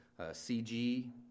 CG